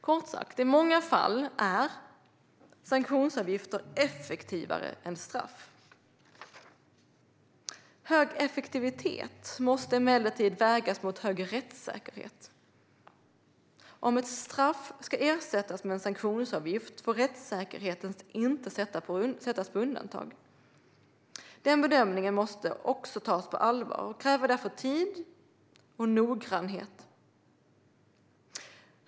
Kort sagt, i många fall är sanktionsavgifter effektivare än straff. Hög effektivitet måste emellertid vägas mot hög rättssäkerhet. Om ett straff ska ersättas med en sanktionsavgift får rättssäkerheten inte sättas på undantag. Den bedömningen måste tas på allvar och kräver därför tid och noggrannhet.